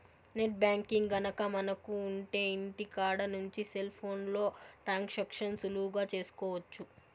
net banking గనక మనకు ఉంటె ఇంటికాడ నుంచి సెల్ ఫోన్లో ట్రాన్సాక్షన్స్ సులువుగా చేసుకోవచ్చు